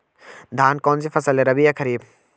धान कौन सी फसल है रबी या खरीफ?